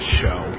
show